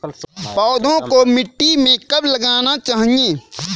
पौधों को मिट्टी में कब लगाना चाहिए?